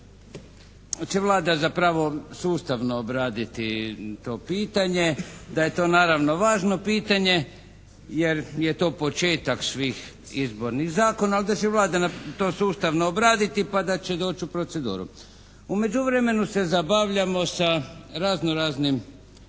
da će Vlada zapravo sustavno obraditi to pitanje, da je to naravno važno pitanje jer je to početak svih izbornih zakona, ali da će Vlada to sustavno obraditi pa da će doći u proceduru. U međuvremenu se zabavljamo sa razno-raznim